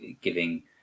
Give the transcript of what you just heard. giving